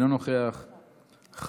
אינו נוכח,